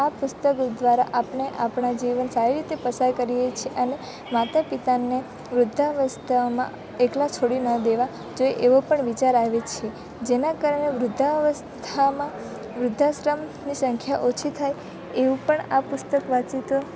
આ પુસ્તકો દ્વારા આપણે આપણા જીવન સારી રીતે પસાર કરીએ છીએ અને માતાપિતાને વૃદ્ધા અવસ્થાઓમાં એકલા છોડી ન દેવા જોઈએ એવો પણ વિચાર આવે છે જેના કારણે વૃદ્ધા અવસ્થામાં વૃદ્ધાશ્રમની સંખ્યા ઓછી થાય એવું પણ આ પુસ્તક વાંચીએ તો